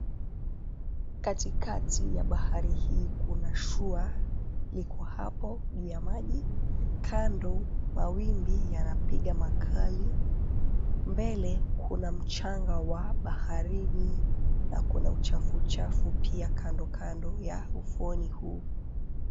Katikati ya bahari hii kuna shua liko hapo juu ya maji. Kando mawimbi yanapiga makali, mbele kuna mchanga wa baharini na kuna uchafuchafu pia kando kando ya ufuoni huu.